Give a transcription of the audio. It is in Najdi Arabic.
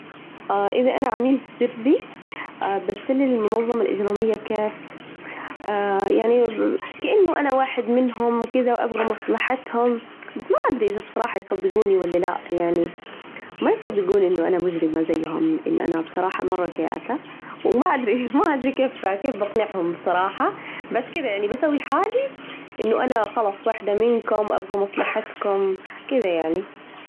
إذا أنا عميل سري بتسلل للمنظمة الإجرامية، كيف؟ يعني كأنه أنا واحد منهم وكده، وأبغى مصلحتهم، بس ما أدري إذا بصراحة يصدجوني ولا لا، يعني ما يصدجوني إنه أنا مجرمة زيهم لإن أنا بصراحة مرة كياتة، وما أدري و ما أدري كيف، كيف بقنعهم صراحة بس كده، يعني بسوي حالي إنه أنا خلاص واحدة منكم، أبغى مصلحتكم كذا يعني.